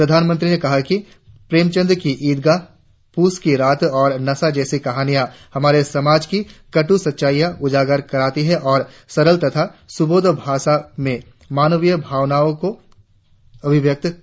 प्रधानमंत्री ने कहा कि प्रेमचंद की ईदगाह पूस की रात और नशा जैसी कहानियां हमारे समाज की कट् सच्चाईया उजागर करती है और सरल तथा सुबोध भाषा में मानवीय भावनाओं को अभिव्यक्त करती है